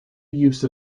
use